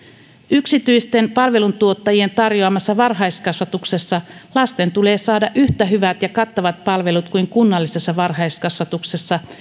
yksityisten palveluntuottajien tarjoamassa varhaiskasvatuksessa lasten tulee saada yhtä hyvät ja kattavat palvelut kuin kunnallisessa varhaiskasvatuksessa